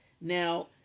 Now